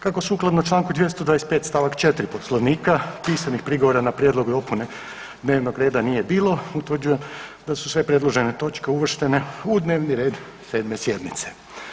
Kako sukladno čl. 225. st. 4. Poslovnika pisanih prigovora na prijedlog dopune dnevnog reda nije bilo, utvrđujem da su sve predložene točke uvrštene u dnevni red 7. sjednice.